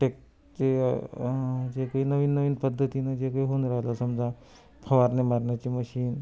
take ते जे काही नवीन नवीन पद्धतीनं जे काही होऊन राहिलं समजा फवारणी मारण्याची मशीन